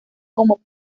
como